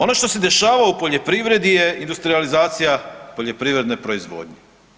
Ono što se dešava u poljoprivredi je industrijalizacija poljoprivredne proizvodnje.